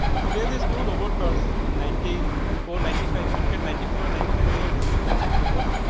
so yeah these to robot cars in ninety four, ninety five, if you look at ninety four, and ninety five we have descriptions of robot,